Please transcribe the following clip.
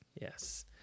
Yes